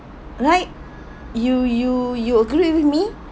right you you you agree with me